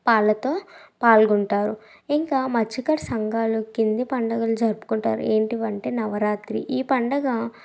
పాలతో పాల్గొంటారు ఇంకా మత్స్యకారు సంఘాలు కింది పండుగలు జరుపుకుంటారు ఏంటివంటే నవరాత్రి ఈ పండుగా